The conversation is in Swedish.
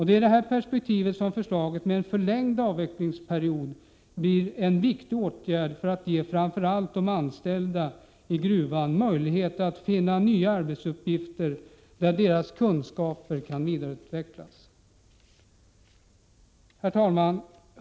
Det är i detta perspektiv som förslaget om en förlängd avvecklingsperiod blir en viktig åtgärd för att ge framför allt de anställda vid gruvan möjligheter att finna nya arbetsuppgifter, där deras kunskaper kan vidareutvecklas. Herr talman!